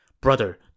Brother